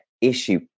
issue